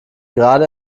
gerade